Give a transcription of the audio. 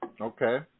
okay